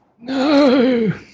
No